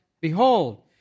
Behold